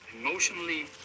emotionally